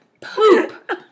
poop